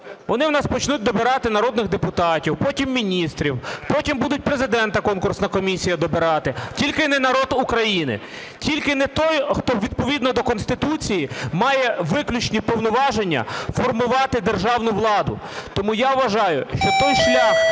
вони у нас почнуть добирати народних депутатів, потім міністрів, потім будуть Президента конкурсна комісія добирати, тільки не народ України, тільки не той, хто відповідно до Конституції має виключні повноваження формувати державну владу. Тому я вважаю, що той шлях,